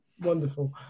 Wonderful